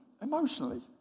emotionally